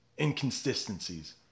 inconsistencies